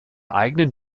eigenen